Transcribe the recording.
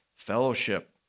fellowship